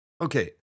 Okay